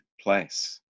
place